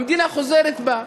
המדינה חוזרת בה.